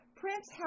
Prince